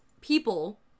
people